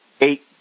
eight